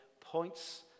points